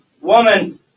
woman